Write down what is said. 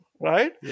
Right